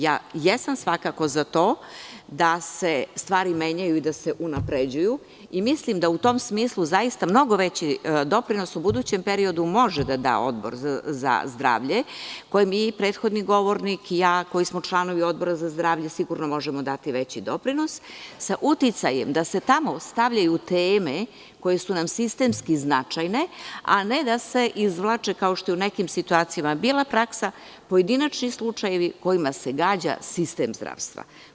Ja jesam svakako za to da se stvari menjaju i da se unapređuju i mislim da u tom smislu zaista mnogo veći doprinos u budućem periodu može da da Odbor za zdravlje, na kojem mi, prethodni govornik i ja, koji smo članovi tog odbora, sigurno možemo dati veći doprinos, sa uticajem da se tamo stavljaju teme koje su nam sistemski značajne, a ne da se izvlače, kao što je u nekim situacijama bila praksa, pojedinačni slučajevi kojima se gađa sistem zdravstva.